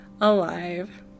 alive